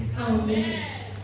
Amen